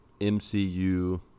MCU